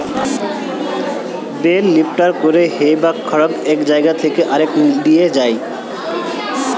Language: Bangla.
বেল লিফ্টারে করে হে বা খড়কে এক জায়গা থেকে আরেক লিয়ে যায়